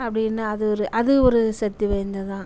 அப்படின்னு அது ஒரு அது ஒரு சக்தி வாய்ந்ததுதான்